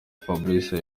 fabrice